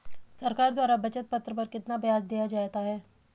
सरकार द्वारा बचत पत्र पर कितना ब्याज दिया जाता है?